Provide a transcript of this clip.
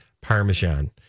Parmesan